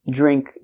drink